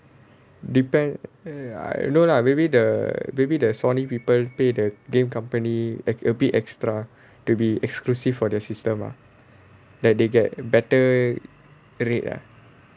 depend ya no lah maybe the maybe the Sony people pay the game company like a bit extra to be exclusive for the system ah that they get better rate